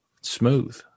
Smooth